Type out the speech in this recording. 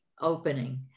opening